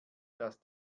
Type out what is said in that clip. dass